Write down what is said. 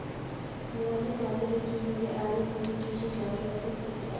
মোবাইলের মাধ্যমে কীভাবে আমি কোনো কৃষি যন্ত্রপাতি কিনতে পারবো?